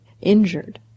injured